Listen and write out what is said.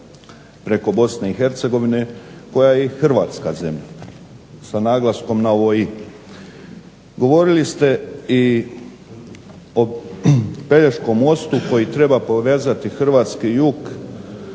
preko BiH koja je i Hrvatska zemlja sa naglaskom na ovo i. Govorili ste i o Pelješkom mostu koji treba povezati hrvatski jug